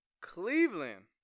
Cleveland